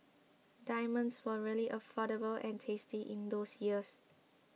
diamonds were really affordable and tasty in those years